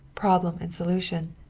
problem and solution.